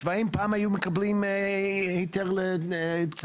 צבאים, פעם היו מקבלים היתר לציד.